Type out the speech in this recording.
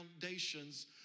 foundations